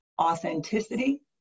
authenticity